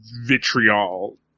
vitriol